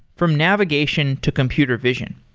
from navigation to computer vision.